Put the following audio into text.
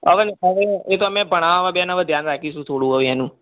હવે હવે એ તો અમે ભણાવવામાં બેન હવે ધ્યાન રાખીશું થોડું હવે એનું